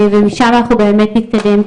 ומשם אנחנו באמת נתקדם.